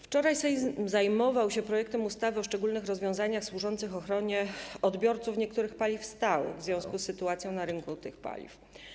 Wczoraj Sejm zajmował się projektem ustawy o szczególnych rozwiązaniach służących ochronie odbiorców niektórych paliw stałych w związku z sytuacją na rynku tych paliw.